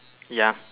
ya